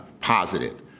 positive